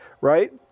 right